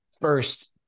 first